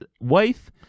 wife